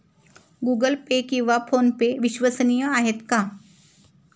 Google Pay किंवा PhonePe विश्वसनीय आहेत का?